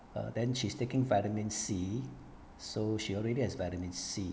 err then she's taking vitamin C so she already has vitamin C